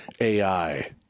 AI